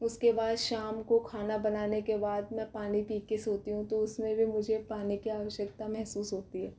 उसके बाद शाम को खाना बनाने के बाद मैं पानी पी कर सोती हूँ तो उसमें भाई मुझे पानी की आवश्यकता महसूस होती है